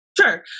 Sure